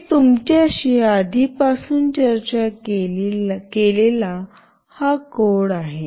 मी तुमच्याशी आधीपासून चर्चा केलेला कोड आहे